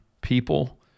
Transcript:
people